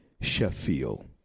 Sheffield